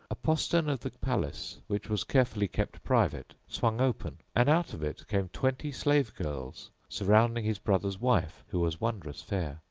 a pastern of the palace, which was carefully kept private, swung open and out of it came twenty slave girls surrounding his bother's wife who was wondrous fair,